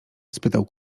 spytał